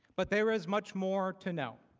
but there is much more to know.